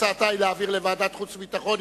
הצעתה היא להעביר לוועדת החוץ והביטחון.